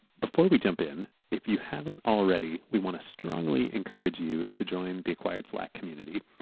before we jump in, if you haven't already, we want to strongly encourage you to join the acquired slack community.